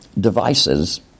devices